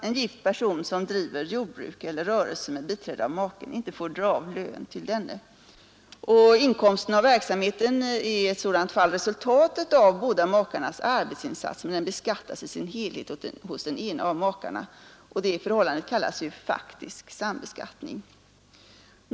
En gift person som driver jordbruk eller rörelse med biträde av maken får inte dra av lön till denne. Inkomsten av verksamheten är i sådant fall resultatet av båda makarnas arbetsinsats, och den beskattas i sin helhet hos den ene av makarna. Det förhållandet kallas faktisk sambeskattning.